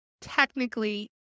Technically